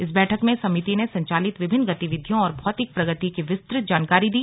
इस बैठक में समिति ने संचालित विभिन्न गतिविधियों और भौतिक प्रगति की विस्तृत जानकारी दी